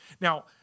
Now